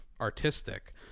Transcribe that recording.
artistic